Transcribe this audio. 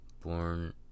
born